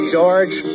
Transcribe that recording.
George